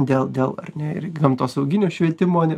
dėl dėl ar ne ir gamtosauginio švietimo